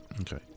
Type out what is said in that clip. Okay